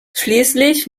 schließlich